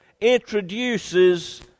introduces